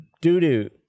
doo-doo